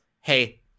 hey